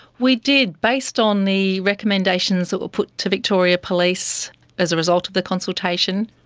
we did, based on the recommendations that were put to victoria police as a result of the consultation.